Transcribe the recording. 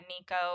Nico